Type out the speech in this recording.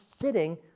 fitting